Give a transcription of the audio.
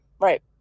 right